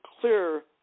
clear